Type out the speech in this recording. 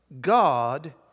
God